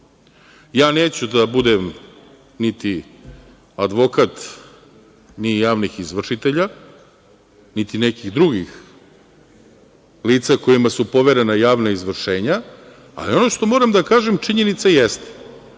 da budem niti advokat javnih izvršitelja, niti nekih drugih lica kojima su poverena javna izvršenja, ali ono što moram da kažem činjenica jeste,